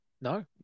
no